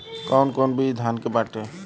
कौन कौन बिज धान के बाटे?